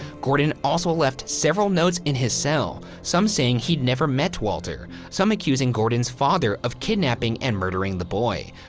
gordon also left several notes in his cell some saying he never met walter, some accusing gordon's father of kidnapping and murdering the boy,